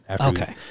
Okay